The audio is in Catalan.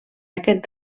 aquest